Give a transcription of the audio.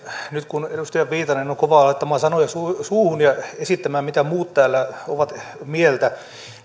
nyt kun edustaja viitanen on kova laittamaan sanoja suuhun ja esittämään mitä muut täällä ovat mieltä